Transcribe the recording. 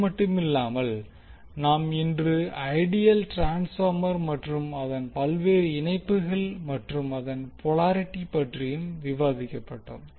அது மட்டுமில்லாமல் நாம் இன்று ஐடியல் ட்ரான்ஸ்பார்மர் மற்றும் அதன் பல்வேறு இணைப்புகள் மற்றும் அதன் போலாரிட்டி பற்றியும் விவாதிக்கப்பட்டது